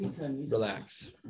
Relax